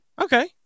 Okay